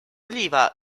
oliva